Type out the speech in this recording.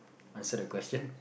answer the question